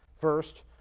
First